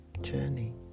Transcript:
journey